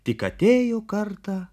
tik atėjo kartą